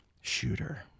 shooter